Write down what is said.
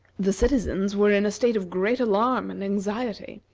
the citizens were in a state of great alarm and anxiety.